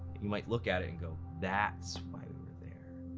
you might look at it and go, that's why we were there!